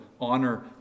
honor